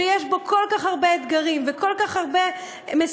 שיש בו כל כך הרבה אתגרים וכל כך הרבה משימות,